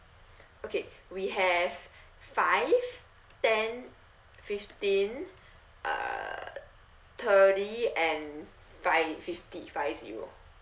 okay we have five ten fifteen uh thirty and five fifty five zero